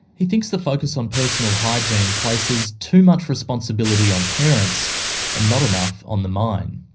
he thinks the focus on personal hygiene places too much responsibility on parents and not enough on the mine.